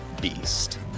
beast